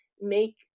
make